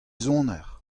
soner